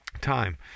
time